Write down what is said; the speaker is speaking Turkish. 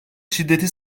şiddeti